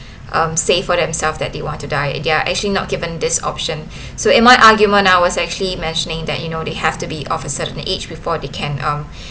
um say for themselves that they want to die they are actually not given this option so in my argument I was actually mentioning that you know they have to be of a certain age before they can um